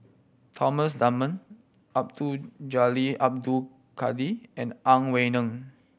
Thomas Dunman Abdul Jalil Abdul Kadir and Ang Wei Neng